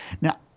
now